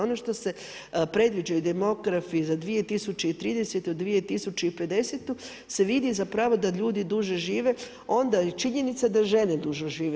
Ono što se predviđaju demografi za 2030.-2050. se vidi zapravo da ljudi duže žive, onda je činjenica da žene duže žive.